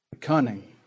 cunning